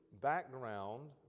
background